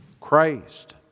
Christ